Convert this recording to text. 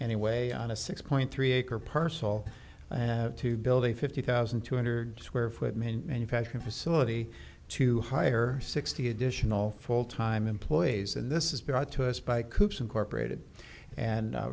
anyway on a six point three acre parcel and to build a fifty thousand two hundred square foot manufacturing facility to hire sixty additional full time employees and this is brought to us by coops incorporated and